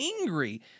angry